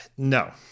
No